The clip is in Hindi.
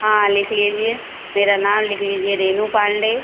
हाँ लिख लीजिए मेरा नाम लिख लीजिए रेणु पांडे